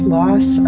loss